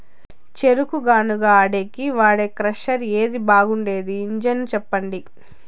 చెరుకు గానుగ ఆడేకి వాడే క్రషర్ ఏది బాగుండేది ఇంజను చెప్పండి?